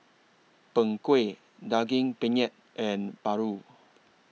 Png Kueh Daging Penyet and Paru